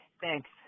Thanks